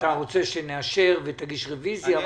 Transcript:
אתה רוצה שנאשר ותגיש רביזיה?